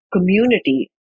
community